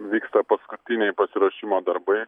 vyksta paskutiniai pasiruošimo darbai